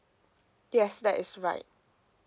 yes that is right